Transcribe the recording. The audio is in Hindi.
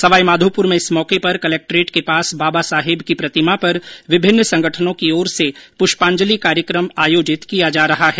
सवाई माधोपुर में इस मौके पर कलेक्ट्रेट के पास बाबा साहेब की प्रतिमा पर विभिन्न संगठनों की ओर से पुष्पांजलि कार्यकम आयोजित किया जा रहा है